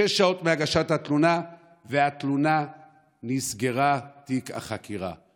שש שעות מהגשת התלונה ונסגר תיק החקירה.